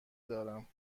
دارم